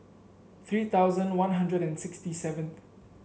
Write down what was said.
three thousand One Hundred and sixty seventh